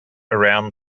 around